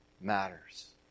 matters